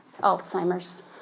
Alzheimer's